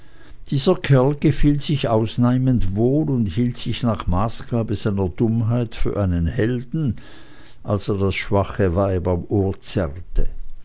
dieser kerl gefiel sich ausnehmend wohl und hielt sich nach maßgabe seiner dummheit für einen helden als er das schwache weib am ohr zerrte